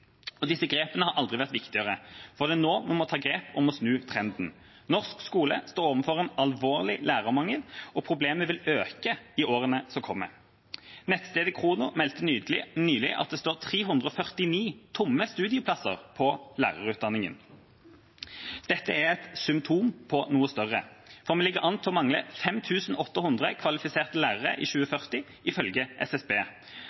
Disse grepene har aldri vært viktigere, for det er nå vi må ta grep om å snu trenden. Norsk skole står overfor en alvorlig lærermangel, og problemet vil øke i årene som kommer. Nettstedet Khrono meldte nylig at det står 349 tomme studieplasser på lærerutdanningen. Dette er et symptom på noe større, for vi ligger an til å mangle 5 800 kvalifiserte lærere i